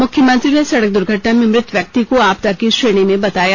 मुख्यमंत्री ने सड़क दुर्घटना में मृत व्यक्ति को आपदा की श्रेणी में बताया